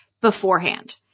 beforehand